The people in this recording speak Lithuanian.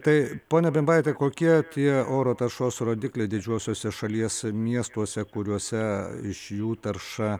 tai ponia bimbaite kokie tie oro taršos rodikliai didžiuosiuose šalies miestuose kuriuose iš jų tarša